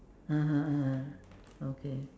(uh huh) (uh huh) okay